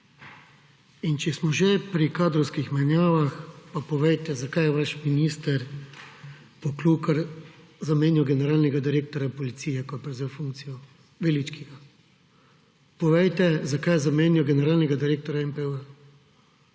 In če smo že pri kadrovskih menjavah, pa povejte, zakaj je vaš minister Poklukar zamenjal generalnega direktorja policije, ko je prevzel funkcijo Veličkega. Povejte, zakaj je zamenjal generalnega direktorja